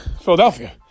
Philadelphia